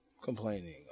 complaining